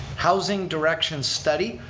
housing direction study.